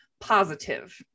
positive